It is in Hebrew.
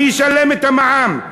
מי ישלם את המע"מ?